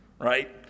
right